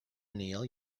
neil